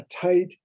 tight